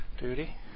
Duty